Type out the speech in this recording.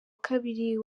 kabiri